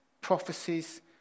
prophecies